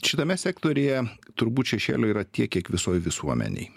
šitame sektoriuje turbūt šešėlio yra tiek kiek visoj visuomenėj